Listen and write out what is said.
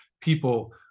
people